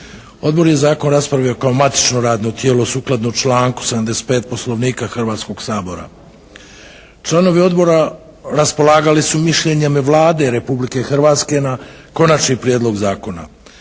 Odbor je zakon raspravio kao matično radno tijelo sukladno članku 75. Poslovnika Hrvatskog sabora. Članovi Odbora raspolagali su mišljenjem Vlade Republike Hrvatske na konačni prijedlog zakona.